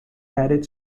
added